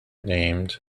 named